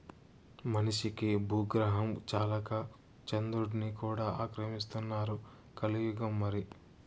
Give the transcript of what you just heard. మనిషికి బూగ్రహం చాలక చంద్రుడ్ని కూడా ఆక్రమిస్తున్నారు కలియుగం మరి